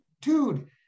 dude